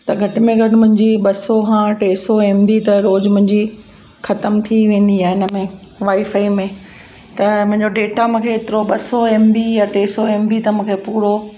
त घटि में घटि मुंहिंजी ॿ सौ खां टे सौ एमबी त रोज़ु मुंहिंजी खतम थी वेंदी आहे इन में वाईफाई में त मुंहिंजो डेटा मुखे ऐतिरो बस ॿ सौ एमबी या टे सौ एमबी त मूंखे पूरो